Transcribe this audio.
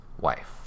wife